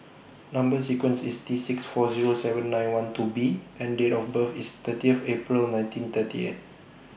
Number sequence IS T six four Zero seven nine one two B and Date of birth IS thirtith April nineteen thirty eight